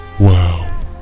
Wow